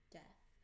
death